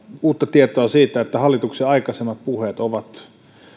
uutta tietoa siitä että hallituksen aikaisemmat puheet ovat